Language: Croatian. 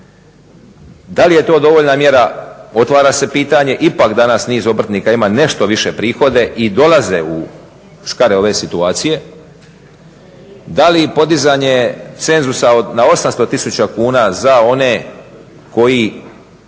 da li je to dovoljna mjera, otvara se pitanje. Ipak danas niz obrtnika ima nešto više prihode i dolaze u škare ove situacije. Da li podizanje cenzusa na 800 000 kuna za one koji